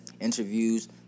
interviews